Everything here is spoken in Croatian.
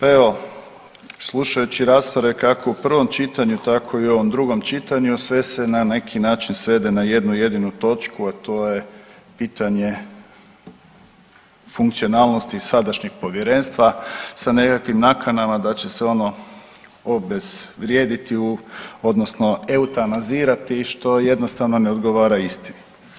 Evo slušajući rasprave kako u prvom čitanju, tako i u ovom drugom čitanju sve se na neki način svede na jednu jedinu točku, a to je pitanje funkcionalnosti sadašnjeg Povjerenstva sa nekakvim nakanama da će se ono obezvrijediti odnosno eutanazirati što jednostavno ne odgovara istini.